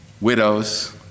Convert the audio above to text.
widows